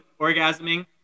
orgasming